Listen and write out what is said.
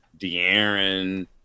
De'Aaron